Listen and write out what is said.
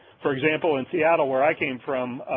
for example in seattle where i came from,